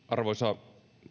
arvoisa